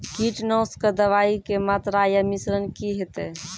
कीटनासक दवाई के मात्रा या मिश्रण की हेते?